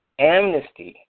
amnesty